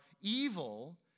evil